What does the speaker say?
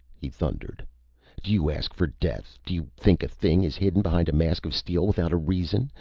he thundered. do you ask for death? do you think a thing is hidden behind a mask of steel without a reason,